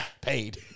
Paid